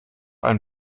ein